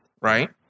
Right